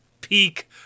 peak